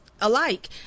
alike